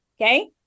Okay